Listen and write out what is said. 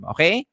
Okay